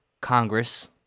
Congress